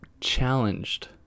challenged